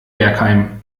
bergheim